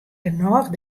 genôch